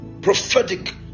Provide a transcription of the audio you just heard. prophetic